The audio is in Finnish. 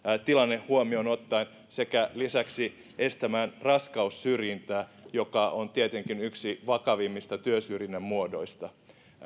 tilanne huomioon ottaen sekä lisäksi estää raskaussyrjintää joka on tietenkin yksi vakavimmista työsyrjinnän muodoista